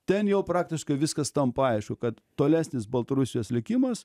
ten jau praktiškai viskas tampa aišku kad tolesnis baltarusijos likimas